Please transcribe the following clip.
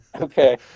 Okay